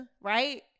Right